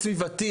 אסון סביבתי,